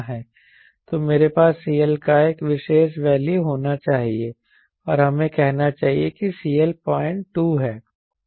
तो मेरे पास CL का एक विशेष वैल्यू होना चाहिए और हमें कहना चाहिए कि CL 02 है